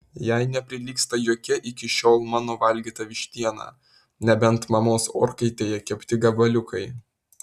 jai neprilygsta jokia iki šiol mano valgyta vištiena nebent mamos orkaitėje kepti gabaliukai